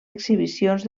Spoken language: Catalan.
exhibicions